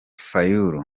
fayulu